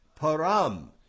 Param